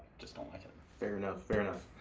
just don't like it. fair enough, fair enough.